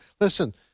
Listen